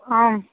आम्